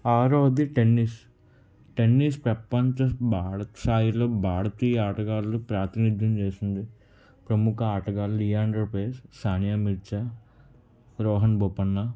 ఆరోది tennis tennis ప్రపంచ భారత స్థాయిలో భారతీయ ఆటగాళ్ళు ప్రాతినిధ్యం చేసింది ప్రముఖ ఆటగాళ్ళు లియాండర్ పేస్ సానియా మీర్జా రోహన్ బోపన్న